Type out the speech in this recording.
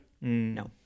No